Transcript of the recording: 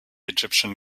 egyptian